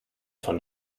von